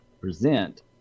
present